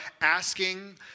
asking